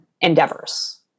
endeavors